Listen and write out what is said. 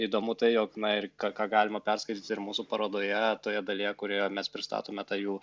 įdomu tai jog na ir ką ką galima perskaityti ir mūsų parodoje toje dalyje kurioje mes pristatome tą jų